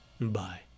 Bye